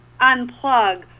unplug